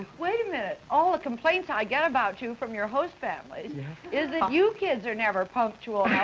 wait a minute, all the complaints i get about you from your host families is that you kids are never punctual